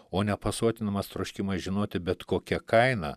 o nepasotinamas troškimas žinoti bet kokia kaina